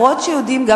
גם אם יודעים,